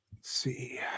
see